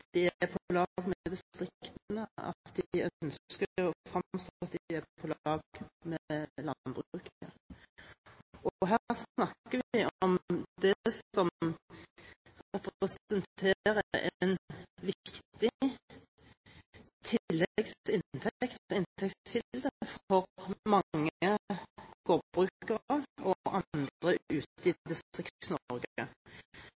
på lag med landbruket. Her snakker vi om det som representerer en viktig tilleggsinntekt, inntektskilde for mange gårdbrukere og andre